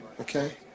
Okay